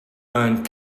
ant